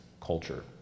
culture